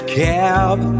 cab